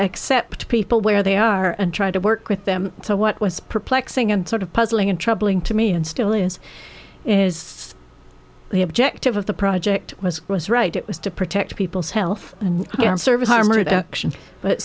accept people where they are and try to work with them so what was perplexing and sort of puzzling and troubling to me and still is is the objective of the project was was right it was to protect people's health and human services armored action but